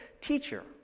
Teacher